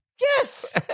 Yes